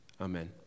Amen